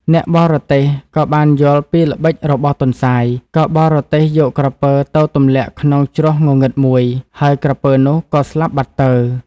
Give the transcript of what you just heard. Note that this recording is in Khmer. អ្នកបរទេះក៏បានយល់ពីល្បិចរបស់ទន្សាយ ក៏បរទេះយកក្រពើទៅទម្លាក់ក្នុងជ្រោះងងឹតមួយ ហើយក្រពើនោះក៏ស្លាប់បាត់ទៅ។